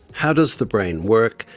how does the brain work,